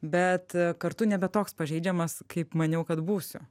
bet kartu nebe toks pažeidžiamas kaip maniau kad būsiu